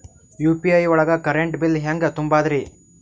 UPI ಒಳಗ current bill ಹೆಂಗ್ ತುಂಬದ್ರಿ?